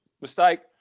mistake